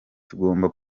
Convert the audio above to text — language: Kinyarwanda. tugomba